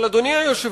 אבל, אדוני היושב-ראש,